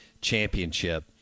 Championship